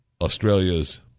Australia's